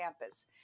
campus